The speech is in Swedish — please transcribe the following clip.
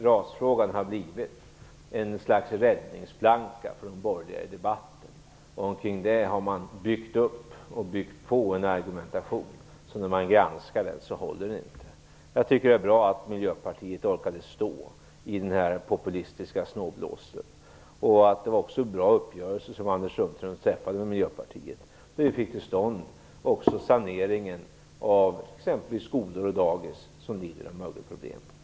RAS-frågan har blivit ett slags räddningsplanka för de borgerliga i debatten. Omkring det har man byggt upp och byggt på en argumentation. Men den håller inte när man granskar den. Jag tycker att det är bra att Miljöpartiet orkade stå upp i den populistiska snålblåsten. Den uppgörelse Anders Sundström träffade med Miljöpartiet var bra. Vi fick också till stånd en sanering av exempelvis skolor och dagis där det finns mögelproblem.